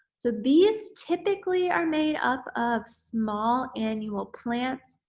so, these typically are made up of small annual plants,